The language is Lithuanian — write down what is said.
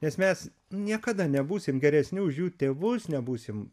nes mes niekada nebūsim geresni už jų tėvus nebūsim